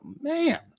Man